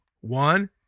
One